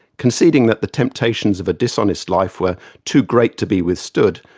conceding that the temptations of a dishonest life were too great to be withstood,